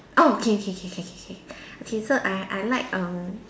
oh K K K K K okay so I I like um